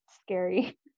scary